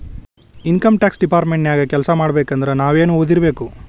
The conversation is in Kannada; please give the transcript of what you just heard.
ಇನಕಮ್ ಟ್ಯಾಕ್ಸ್ ಡಿಪಾರ್ಟ್ಮೆಂಟ ನ್ಯಾಗ್ ಕೆಲ್ಸಾಮಾಡ್ಬೇಕಂದ್ರ ನಾವೇನ್ ಒದಿರ್ಬೇಕು?